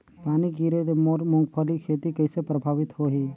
पानी गिरे ले मोर मुंगफली खेती कइसे प्रभावित होही?